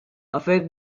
affect